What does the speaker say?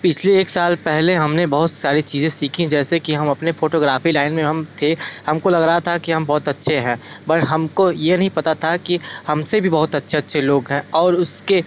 पिछले एक साल पहले हमने बहोत सारी चीज़ें सीखीं जैसे कि हम अपने फोटोग्राफी लाइन में हम थे हमको लग रहा था कि हम बहुत अच्छे हैं पर हमको ये नहीं पता था कि हमसे भी बहुत अच्छे अच्छे लोग हैं और उसके